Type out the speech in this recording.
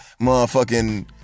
Motherfucking